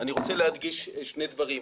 אני רוצה להדגיש שני דברים.